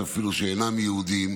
אפילו שאינם יהודים,